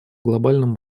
глобальном